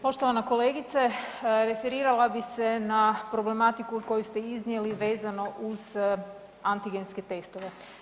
Poštovana kolegice referirala bi se na problematiku koju ste iznijeli vezano uz antigenske testove.